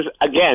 again